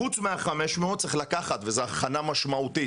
חוץ מה-500 צריך לקחת, וזה הכנה משמעותית.